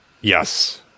Yes